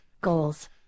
Goals